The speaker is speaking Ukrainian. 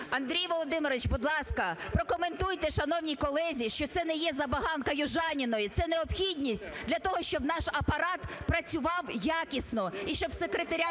Андрій Володимирович, будь ласка, прокоментуйте шановній колезі, що це не є забаганка Южаніної, це необхідність для того, щоб наш Апарат працював якісно і щоб секретаріати